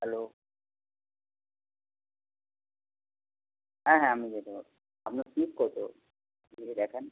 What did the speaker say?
hello হ্যাঁ হ্যাঁ আমি যেতে পারবো আপনার ফিজ কত যদি দেখেন